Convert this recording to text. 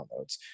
downloads